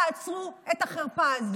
תעצרו את החרפה הזו.